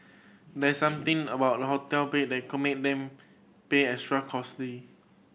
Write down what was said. there's something about hotel bed that can make them extra cosy